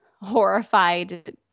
horrified